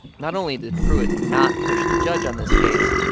not only did pruitt not push the judge on this case,